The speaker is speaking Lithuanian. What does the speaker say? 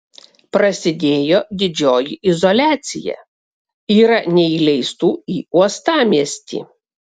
prasidėjo didžioji izoliacija yra neįleistų į uostamiestį